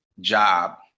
job